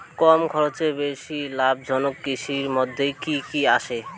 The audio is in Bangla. কম খরচে বেশি লাভজনক কৃষির মইধ্যে কি কি আসে?